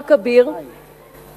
הר כביר,